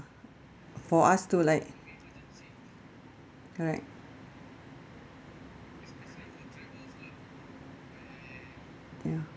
for us to like correct ya